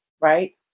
right